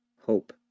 hope